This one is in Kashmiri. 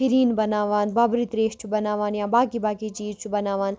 پھِرِن بَناوان بَبرِ ترٛیش چھُ بَناوان یا باقی باقی چیٖز چھُ بَناوان